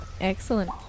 Excellent